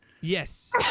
yes